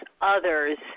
others